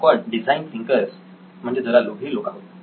आपण design thinkers म्हणजे जरा लोभी लोक आहोत